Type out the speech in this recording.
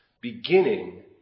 beginning